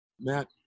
Matt